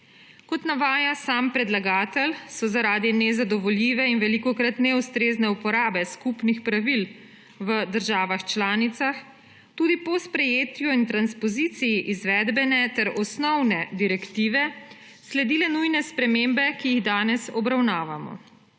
Kot navaja sam predlagatelj, so zaradi nezadovoljive in velikokrat neustrezne uporabe skupnih pravil v državah članicah tudi po sprejetju in transpoziciji izvedbene ter osnovne direktive sledile nujne spremembe, ki jih danes obravnavamo.